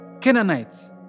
Canaanites